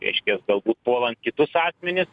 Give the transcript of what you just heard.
reiškias galbūt puolant kitus asmenis